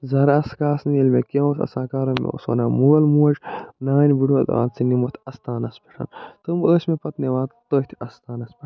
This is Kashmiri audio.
زَرٕ آسہٕ کاسنہِ ییٚلہِ مےٚ کیٚنہہ اوس آسان کَرُن مےٚ اوس وَنان مول موج نانۍ بٔڈبَب آ ژٕ نِمٛوتھ اَستانَس پٮ۪ٹھ تِم ٲسۍ مےٚ پتہٕ نِوان تٔتھۍ اَستانَس پٮ۪ٹھ